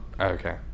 Okay